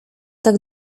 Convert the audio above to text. tak